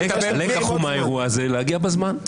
הלקח מהאירוע הזה הוא להגיע בזמן.